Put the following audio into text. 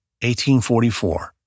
1844